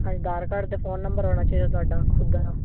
ਅਧਾਰ ਕਾਰਡ 'ਤੇ phone number ਹੋਣਾ ਚਾਹੀਦਾ ਤੁਹਾਡਾ ਖੁਦ ਦਾ